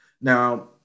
Now